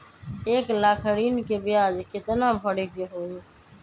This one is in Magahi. एक लाख ऋन के ब्याज केतना भरे के होई?